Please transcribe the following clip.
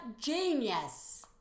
genius